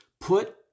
put